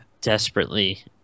desperately